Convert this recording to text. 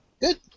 Good